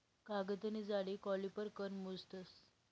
कागदनी जाडी कॉलिपर कन मोजतस